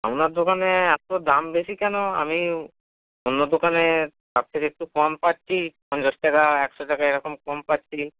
আপনার দোকানে এতো দাম বেশি কেন আমি অন্য দোকানে তার থেকে একটু কম পাচ্ছি পঞ্চাশ টাকা একশো টাকা এরকম কম পাচ্ছি